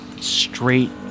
straight